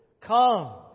Come